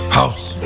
house